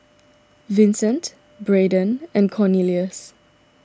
Vicente Braedon and Cornelius